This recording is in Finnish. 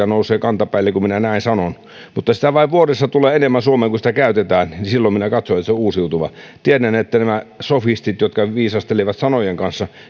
nousevat kantapäilleen kun minä näin sanon mutta sitä vain vuodessa tulee enemmän suomeen kuin sitä käytetään niin silloin minä katson että se on uusiutuvaa tiedän että nämä sofistit jotka viisastelevat sanojen kanssa